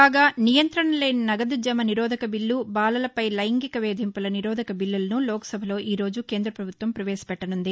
కాగా నియంత్రణ లేని నగదు జమ నిరోధక బిల్లు బాలలపై లైంగిక వేధింపుల నిరోధక బిల్లులను లోక్సభలో ఈ రోజు కేంద్రపభుత్వం పవేశపెట్టనుంది